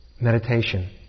meditation